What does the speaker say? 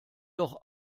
doch